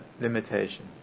limitation